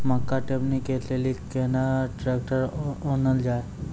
मक्का टेबनी के लेली केना ट्रैक्टर ओनल जाय?